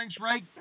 right